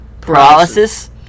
paralysis